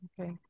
Okay